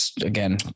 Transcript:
Again